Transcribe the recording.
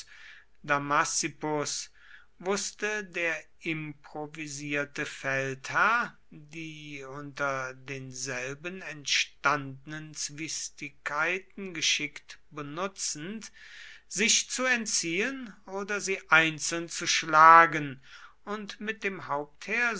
wußte der improvisierte feldherr die unter denselben entstandenen zwistigkeiten geschickt benutzend sich zu entziehen oder sie einzeln zu schlagen und mit dem